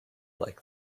like